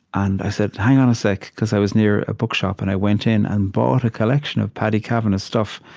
and i said, hang on a sec, because i was near a bookshop. and i went in and bought a collection of paddy kavanagh's stuff.